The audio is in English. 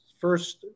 first